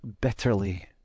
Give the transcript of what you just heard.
bitterly